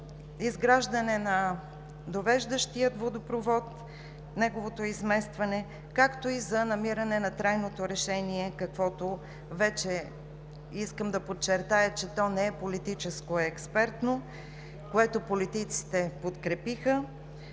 изграждане на довеждащия водопровод, неговото изместване, както и за намиране на трайното решение. Искам да подчертая, че то не е политическо, а е експертно решение, което политиците подкрепиха